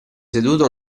seduto